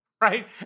Right